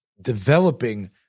developing